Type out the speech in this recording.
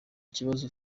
ikibazo